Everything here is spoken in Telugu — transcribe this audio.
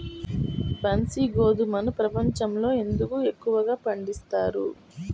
బన్సీ గోధుమను ప్రపంచంలో ఎందుకు ఎక్కువగా పండిస్తారు?